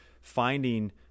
finding